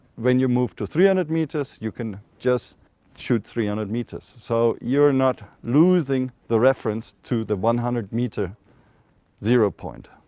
when you move to three hundred metres you can just shoot three hundred metres. so you are not losing the reference to the one hundred metre zero point.